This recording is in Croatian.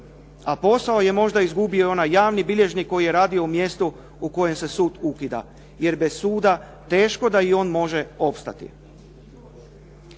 A posao je možda izgubio i onaj javni bilježnik koji je radio u mjestu u kojem se sud ukida, jer bez suda teško da i on može opstati.